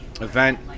event